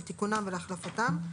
לתיקונם ולהחלפתם,